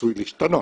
עשוי להשתנות,